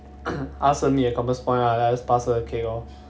I ask her meet at compass point lah just pass her the cake lor